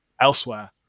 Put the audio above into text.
elsewhere